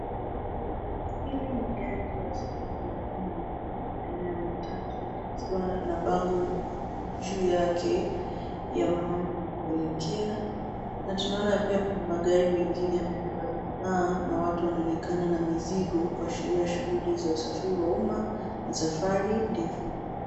Hili ni gari la usafiri wa umma, aina ya matatu, likiwa na bango juu yake, ya mahali inapoelekea, na tunaona pia kuna magari mengine yamebeba bidhaa, na watu waonekana na mizigo, kwa sherehe ya shughuli ya usafiri wa umma, na safari ndefu.